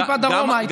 טיפה דרומה,